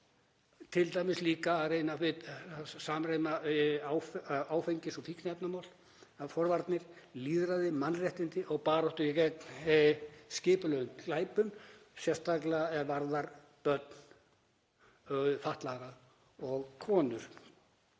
Til dæmis líka að reyna að samrýma áfengis- og fíkniefnamál við forvarnir, lýðræði, mannréttindi og baráttu gegn skipulögðum glæpum, sérstaklega er varðar börn fatlaðra og konur.